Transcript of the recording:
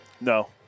No